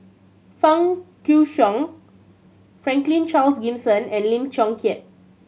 Fang Guixiang Franklin Charles Gimson and Lim Chong Keat